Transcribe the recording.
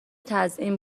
تزیین